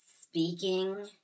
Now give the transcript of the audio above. speaking